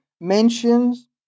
mentions